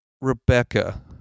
Rebecca